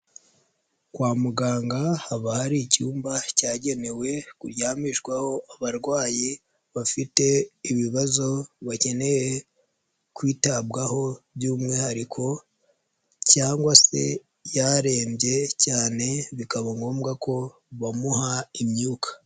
Kwa muganga haba hari icyumba cyagenewe kuryamishwaho abarwayi bafite ibibazo bakeneye kwitabwaho by'umwihariko cyangwa se yarembye cyane bikaba ngombwa ko bamuha imyuka.